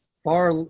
far